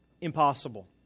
impossible